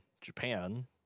Japan